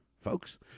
folks